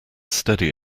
steady